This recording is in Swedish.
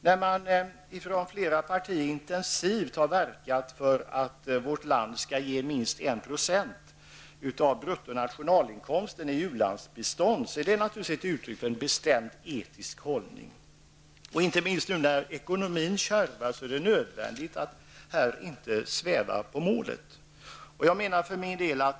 När man verkat intensivt från flera partier för att vårt land skall ge minst 1 % av bruttonationalinkomsten i ulandsbistånd är det naturligtvis ett uttryck för en bestämd etisk hållning. Inte minst nu när ekonomin kärvar är det nödvändigt att inte sväva på målet.